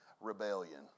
Rebellion